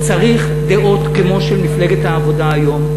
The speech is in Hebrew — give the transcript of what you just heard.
צריך דעות כמו של מפלגת העבודה היום.